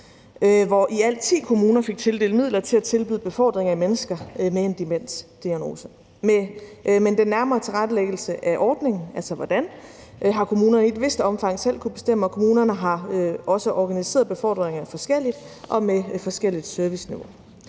hvor i alt ti kommuner fik tildelt midler til at tilbyde befordring af mennesker med en demensdiagnose. Men den nærmere tilrettelæggelse af ordningen, altså hvordan det skulle foregå, har kommunerne i et vist omfang selv kunnet bestemme, og kommunerne har også organiseret befordringerne forskelligt og med forskelligt serviceniveau.